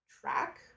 Track